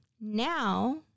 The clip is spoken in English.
Now